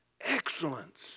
Excellence